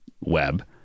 web